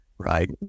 Right